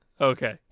Okay